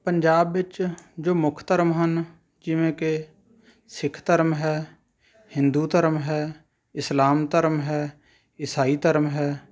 ਪੰਜਾਬ ਵਿੱਚ ਜੋ ਮੁੱਖ ਧਰਮ ਹਨ ਜਿਵੇਂ ਕਿ ਸਿੱਖ ਧਰਮ ਹੈ ਹਿੰਦੂ ਧਰਮ ਹੈ ਇਸਲਾਮ ਧਰਮ ਹੈ ਈਸਾਈ ਧਰਮ ਹੈ